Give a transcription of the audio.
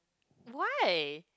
why